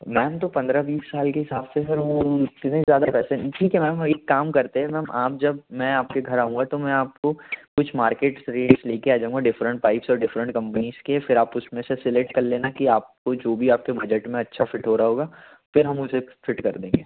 ma'am तो पंद्रह बीस साल के हिसाब से फिर वो उतने ज़्यादा पैसे नहीं ठीक है मैम एक काम करते हैं मैम आप जब मैं आपके घर आऊँगा तो मैं आपको कुछ मार्केट रेट्स ले कर आ जाऊंगा डिफ्रेन्ट पाइप्स और डिफ्रेन्ट कम्पनीज़ के फिर आप उसमें से सेलेक्ट कर लेना कि आपको जो भी आपके बजट में अच्छा फ़िट हो रहा होगा फिर हम उसे फ़िट कर देंगे